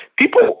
people